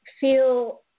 Feel